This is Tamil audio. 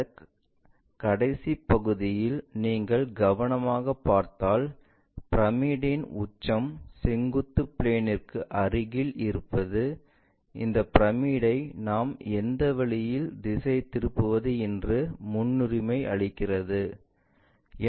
இந்த கடைசிப் பகுதியில் நீங்கள் கவனமாகப் பார்த்தால் பிரமிட்டின் உச்சம் செங்குத்து பிளேன்ற்குற்கு அருகில் இருப்பது இந்த பிரமிட்டை நாம் எந்த வழியில் திசை திருப்புவது என்று முன்னுரிமை அளிக்கிறது